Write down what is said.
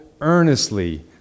earnestly